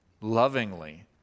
lovingly